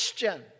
question